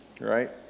right